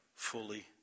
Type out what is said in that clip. fully